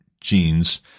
genes